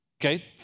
Okay